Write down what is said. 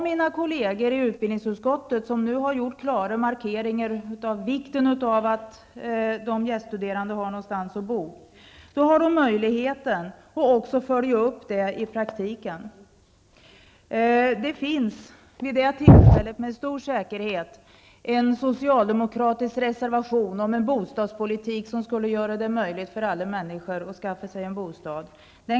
Mina kolleger i utbildningsutskottet, som nu klart markerat vikten av att de gäststuderande har någonstans att bo, har då möjlighet att också följa upp hur det har fungerat i praktiken. Vid detta tillfälle kommer det med stor säkerhet att finnas en socialdemokratisk reservation om en bostadspolitik som skulle göra det möjligt för alla människor att skaffa sig en bostad.